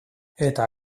eta